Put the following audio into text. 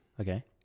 okay